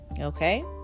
Okay